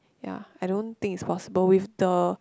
ya I don't think it's possible with the